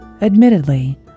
Admittedly